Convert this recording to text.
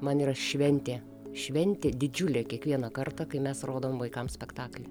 man yra šventė šventė didžiulė kiekvieną kartą kai mes rodom vaikams spektaklį